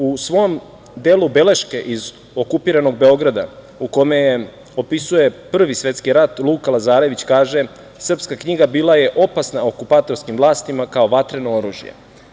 U svom delu „Beleške iz okupiranog Beograda“, u kome opisuje Prvi svetski rat, Luka Lazarević kaže: „Srpska knjiga bila je opasna okupatorskim vlastima kao vatreno oružje“